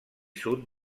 sud